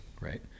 right